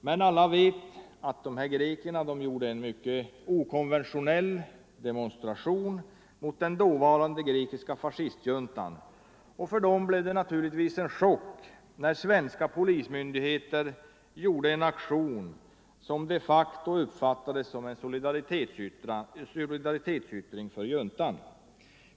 Men alla vet att dessa greker gjorde en mycket okon ventionell demonstration mot den dåvarande grekiska fascistjuntan, och för dem blev det naturligtvis en chock när svenska polismyndigheter gjorde en aktion, som de facto uppfattades som en solidaritetsyttring för juntan.